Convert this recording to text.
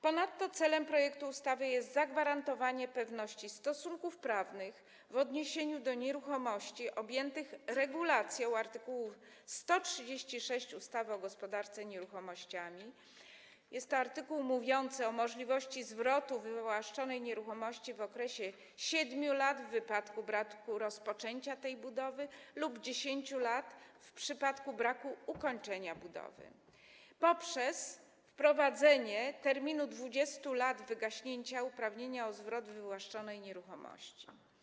Ponadto celem projektu ustawy jest zagwarantowanie pewności stosunków prawnych w odniesieniu do nieruchomości objętych regulacją art. 136 ustawy o gospodarce nieruchomościami - jest to artykuł mówiący o możliwości zwrotu wywłaszczonej nieruchomości w okresie 7 lat w wypadku braku rozpoczęcia budowy lub 10 lat w przypadku braku ukończenia budowy - przez wprowadzenie 20-letniego terminu, po którym wygasa uprawnienie do zwrotu wywłaszczonej nieruchomości.